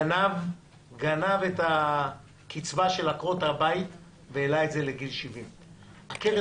גנב את הקצבה של עקרות הבית והעלה את זה לגיל 70. עקרת